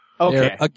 Okay